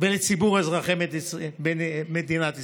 ולציבור אזרחי מדינת ישראל.